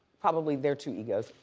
probably their two egos.